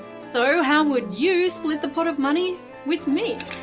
so, how would you split the pot of money with me?